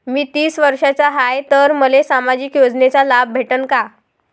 मी तीस वर्षाचा हाय तर मले सामाजिक योजनेचा लाभ भेटन का?